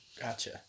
Gotcha